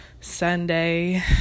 Sunday